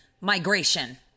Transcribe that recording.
migration